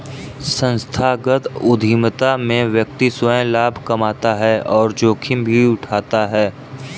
संस्थागत उधमिता में व्यक्ति स्वंय लाभ कमाता है और जोखिम भी उठाता है